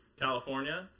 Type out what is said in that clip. California